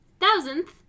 thousandth